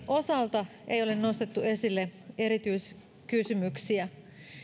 osalta ei ole nostettu esille erityiskysymyksiä